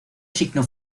signo